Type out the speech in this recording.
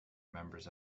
members